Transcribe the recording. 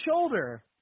shoulder